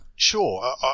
Sure